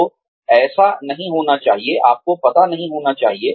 तो ऐसा नहीं होना चाहिए